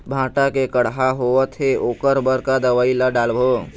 भांटा मे कड़हा होअत हे ओकर बर का दवई ला डालबो?